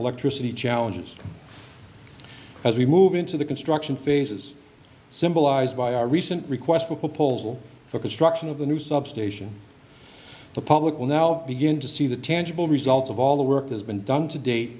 electricity challenges as we move into the construction phases symbolized by our recent request for proposal for construction of the new substation the public will now begin to see the tangible results of all the work has been done to date